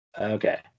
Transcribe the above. Okay